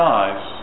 eyes